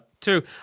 Two